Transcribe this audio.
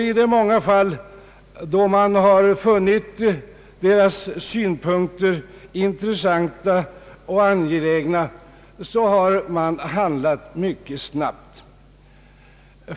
I många fall har man därvid funnit motionärernas synpunkter beaktansvärda, och då har man också handlat mycket snabbt.